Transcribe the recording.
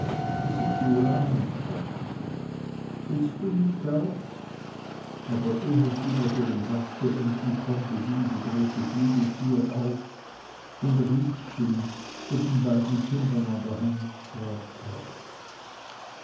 sind die ulanen sagte sie willst du nicht auch aber ehe sie noch ihren satz beenden konnte ging die große flügeltür auf und riekchen mit den beiden kindern an der hand trat ein